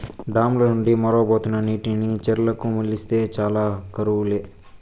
dam ల నుండి మొరవబోతున్న నీటిని చెర్లకు మల్లిస్తే చాలు కరువు లే